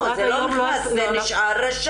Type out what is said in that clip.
לא, זה לא נכנס, זה נשאר רשאי.